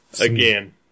again